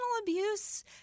abuse